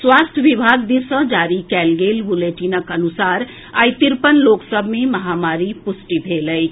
स्वास्थ्य विभाग दिस सँ जारी कएल गेल बुलेटिनक अनुसार आइ तिरपन लोक सभ मे महामारी पुष्टि भेल अछि